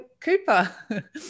Cooper